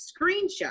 screenshot